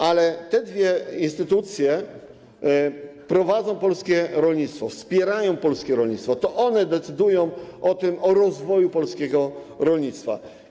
Ale te dwie instytucje prowadzą polskie rolnictwo, wspierają polskie rolnictwo, to one decydują o rozwoju polskiego rolnictwa.